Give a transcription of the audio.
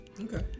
okay